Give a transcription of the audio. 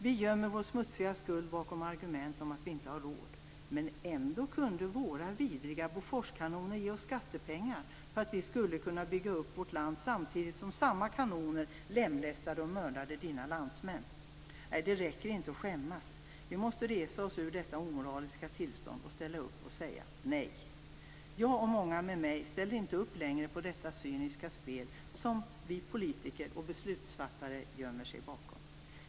Vi gömmer vår smutsiga skuld bakom argument om att vi inte har råd, men ändå kunde våra vidriga Boforskanoner ge oss skattepengar för att vi skulle kunna bygga upp vårt land samtidigt som samma kanoner lemlästade och mördade dina landsmän. Nej, det räcker inte att skämmas. Vi måste resa oss ur detta omoraliska tillstånd och ställa upp och säga nej. Jag och många med mig ställer inte upp längre på detta cyniska spel, som politiker och beslutsfattare gömmer sig bakom.